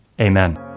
Amen